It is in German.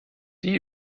die